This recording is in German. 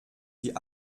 sie